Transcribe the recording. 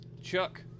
Chuck